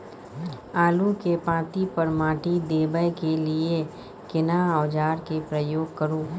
आलू के पाँति पर माटी देबै के लिए केना औजार के प्रयोग करू?